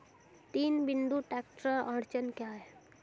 तीन बिंदु ट्रैक्टर अड़चन क्या है?